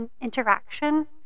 interaction